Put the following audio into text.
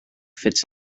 fits